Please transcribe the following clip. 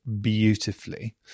beautifully